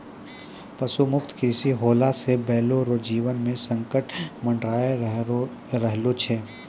पशु मुक्त कृषि होला से बैलो रो जीवन मे संकट मड़राय रहलो छै